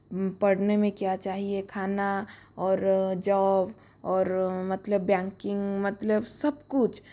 पढ़ने में क्या चाहिए खाना और जॉब और मतलब ब्यानकिंग मतलब सब कुछ